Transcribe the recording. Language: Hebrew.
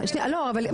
ארבעה.